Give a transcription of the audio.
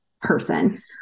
person